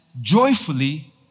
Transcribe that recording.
joyfully